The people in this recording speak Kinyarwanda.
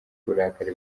uburakari